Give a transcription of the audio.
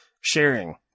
sharing